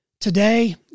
Today